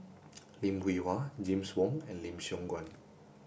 Lim Hwee Hua James Wong and Lim Siong Guan